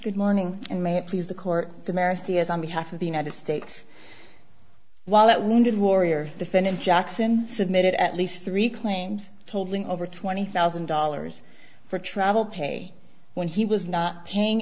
good morning and may it please the court temerity is on behalf of the united states while that wounded warrior defendant jackson submitted at least three claims holding over twenty thousand dollars for travel pay when he was not paying